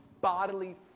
bodily